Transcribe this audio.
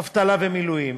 אבטלה, מילואים,